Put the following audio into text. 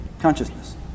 Consciousness